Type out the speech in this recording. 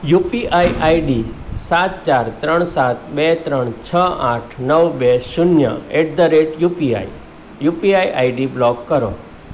UPI ID સાત ચાર ત્રણ સાત બે ત્રણ છ આઠ નવ બે શૂન્ય at the rate UPI UPI ID block કરો